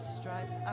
stripes